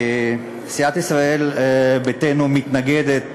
סיעת ישראל ביתנו מתנגדת